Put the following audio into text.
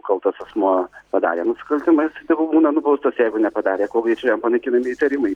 kaltas asmuo padarė nusikaltimą jisai tegul būna nubaustas jeigu nepadarė kuo greičiau jam naikinami įtarimai